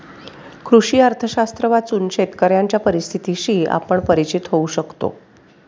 कृषी अर्थशास्त्र वाचून शेतकऱ्यांच्या परिस्थितीशी आपण परिचित होऊ शकतो